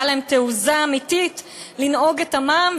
הייתה להם תעוזה אמיתית לנהוג את עמם,